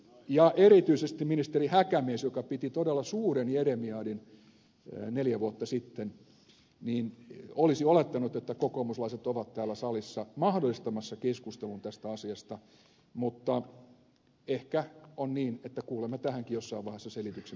ja erityisesti ministeri häkämies joka piti todella suuren jeremiadin neljä vuotta sitten olisi olettanut että kokoomuslaiset ovat täällä salissa mahdollistamassa keskustelun tästä asiasta mutta ehkä on niin että kuulemme tähänkin jossain vaiheessa selityksen miksi näin kävi